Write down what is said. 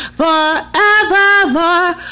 forevermore